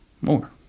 more